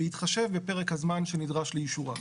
בהתחשב בפרק הזמן שנדרש לאישורה.